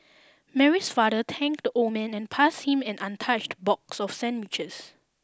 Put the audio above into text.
Mary's father thanked the old man and passed him an untouched box of sandwiches